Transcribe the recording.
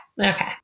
okay